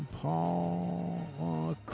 Paul